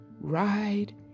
ride